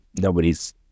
nobody's